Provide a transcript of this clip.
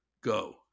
Go